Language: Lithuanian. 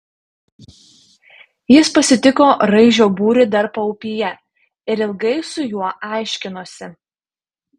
jis pasitiko raižio būrį dar paupyje ir ilgai su juo aiškinosi